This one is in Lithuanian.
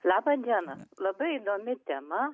laba diena labai įdomi tema